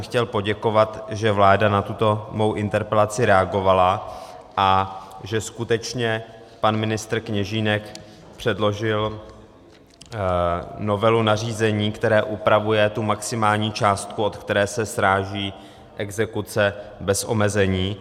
Chtěl jsem poděkovat, že vláda na tuto mou interpelaci reagovala a že skutečně pan ministr Kněžínek předložil novelu nařízení, které upravuje tu maximální částku, z které se sráží exekuce bez omezení.